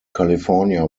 california